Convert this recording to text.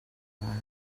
lai